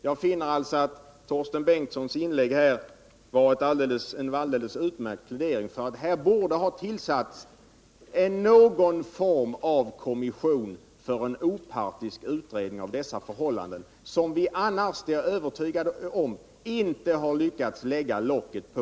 Jag finner alltså att Torsten Bengtsons inlägg var en alldeles utmärkt plädering för att det även denna gång borde ha tillsatts någon form av kommission för en opartisk utredning av förhållandena — jag är övertygad om att vi i dag inte har lyckats lägga locket på.